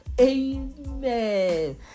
Amen